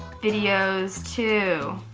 videos too.